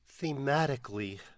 thematically